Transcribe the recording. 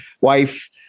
wife